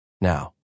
now